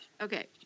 Okay